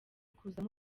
kuzamo